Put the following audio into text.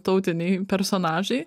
tautiniai personažai